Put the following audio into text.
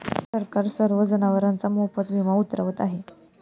सरकार सर्व जनावरांचा मोफत विमा उतरवत आहे